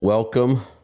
Welcome